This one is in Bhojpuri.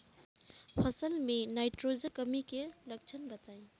फसल में नाइट्रोजन कमी के लक्षण बताइ?